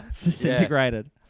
disintegrated